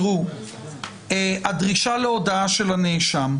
הדרישה להודאה של הנאשם,